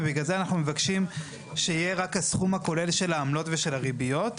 ובגלל זה אנחנו מבקשים שיהיה רק הסכום הכולל של העמלות ושל הריביות.